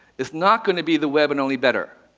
it's not going to be the web and only better.